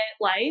life